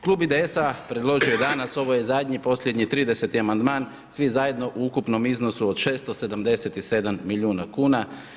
Klub IDS-a predložio je danas, ovo je zadnji, posljednji 30. amandman, svi zajedno u ukupnom iznosu od 677 milijuna kuna.